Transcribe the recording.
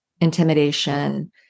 intimidation